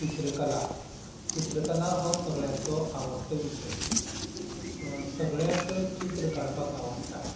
चित्रकला चित्रकला हो सगळ्यांचो आवडटो विशय सगळ्यांक चित्र काडपाक आवडटा